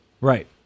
Right